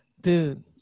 Dude